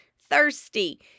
thirsty